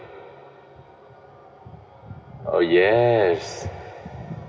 oh yes